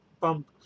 pump